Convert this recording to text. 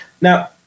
Now